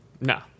No